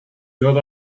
got